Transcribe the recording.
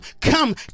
come